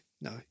no